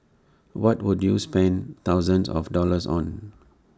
what would you spend thousands of dollars on